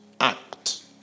Act